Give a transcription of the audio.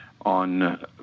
On